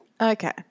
Okay